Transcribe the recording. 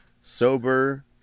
Sober